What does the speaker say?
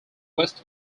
west